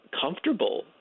comfortable